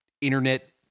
internet